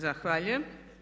Zahvaljujem.